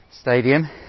stadium